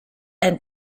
and